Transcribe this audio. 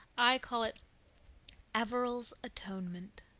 i call it averil's atonement.